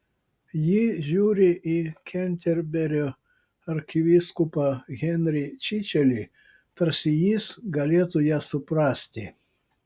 ji žiūri į kenterberio arkivyskupą henrį čičelį tarsi jis galėtų ją suprasti